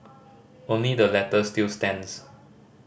only the latter still stands